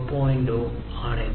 0 ആണ് ഇത്